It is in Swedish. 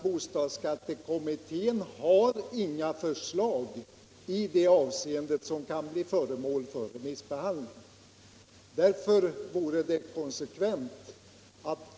Bostadsskattekommitténs betänkande innehåller inget förslag i det avseendet som kan bli föremål för remissbehandling.